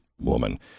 woman